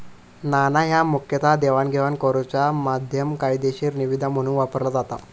नाणा ह्या मुखतः देवाणघेवाण करुचा माध्यम, कायदेशीर निविदा म्हणून वापरला जाता